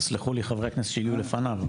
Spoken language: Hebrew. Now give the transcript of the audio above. תסלחו לי חברי הכנסת שהגיעו לפניו.